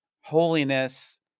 holiness